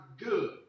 good